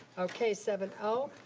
okay, seven oh.